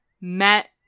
met